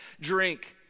drink